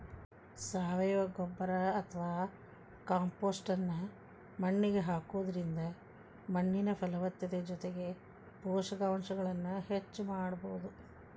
ಸಾವಯವ ಗೊಬ್ಬರ ಅತ್ವಾ ಕಾಂಪೋಸ್ಟ್ ನ್ನ ಮಣ್ಣಿಗೆ ಹಾಕೋದ್ರಿಂದ ಮಣ್ಣಿನ ಫಲವತ್ತತೆ ಜೊತೆಗೆ ಪೋಷಕಾಂಶಗಳನ್ನ ಹೆಚ್ಚ ಮಾಡಬೋದು